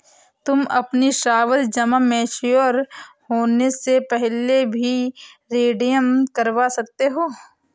तुम अपनी सावधि जमा मैच्योर होने से पहले भी रिडीम करवा सकते हो